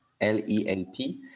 l-e-l-p